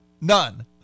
none